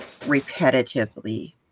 repetitively